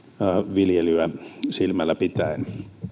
viljelyä silmällä pitäen